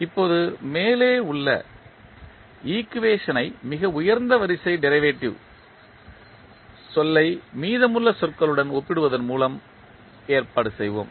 இப்போது மேலே உள்ள ஈக்குவேஷன் ஐ மிக உயர்ந்த வரிசை டெரிவேட்டிவ் சொல்லை மீதமுள்ள சொற்களுடன் ஒப்பிடுவதன் மூலம் ஏற்பாடு செய்வோம்